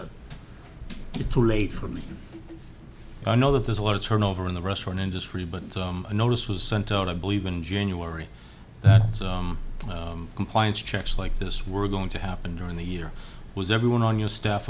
is too late for me i know that there's a lot of turnover in the restaurant industry but notice was sent out i believe in january that compliance checks like this were going to happen during the year was everyone on your staff